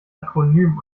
akronym